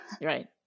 right